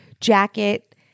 jacket